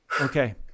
Okay